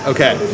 Okay